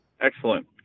Excellent